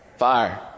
Fire